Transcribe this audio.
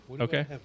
Okay